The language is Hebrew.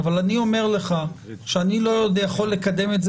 אבל אני אומר לך שאני לא יכול לקדם את זה